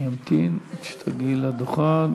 אני אמתין עד שתגיעי לדוכן,